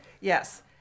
Yes